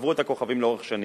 שצברו את הכוכבים לאורך שנים,